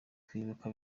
kwibuka